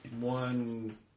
one